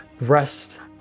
rest